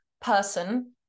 person